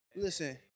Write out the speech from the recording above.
Listen